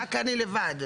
רק אני לבד,